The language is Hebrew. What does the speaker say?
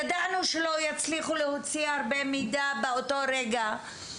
ידענו שלא יצליחו להוציא הרבה מידע באותו רגע.